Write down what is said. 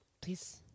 please